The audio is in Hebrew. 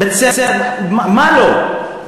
מה לא.